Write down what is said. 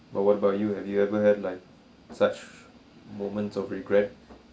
but what about you have you ever had like such moments of regret